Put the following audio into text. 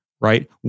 right